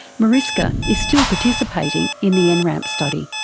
mariska is still participating in the and nramp study.